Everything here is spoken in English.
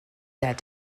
that